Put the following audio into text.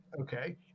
okay